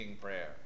prayer